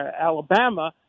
alabama